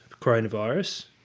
coronavirus